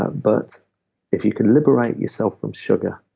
ah but if you can liberate yourself from sugar,